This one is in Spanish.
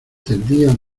tendían